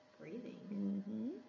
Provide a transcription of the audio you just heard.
Breathing